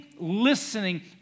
listening